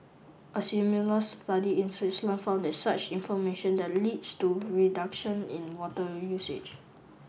a similar study in Switzerland found that such information that leads to reduction in water usage